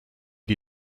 die